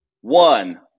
One